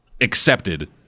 accepted